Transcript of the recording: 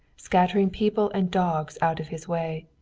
scattering people and dogs out of his way.